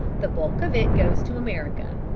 the bulk of it goes to america.